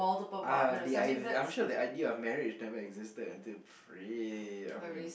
uh the idea I'm sure the idea of marriage never existed until I mean